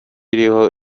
iriho